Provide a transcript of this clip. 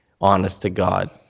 honest-to-God